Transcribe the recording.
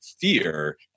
fear